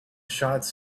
shots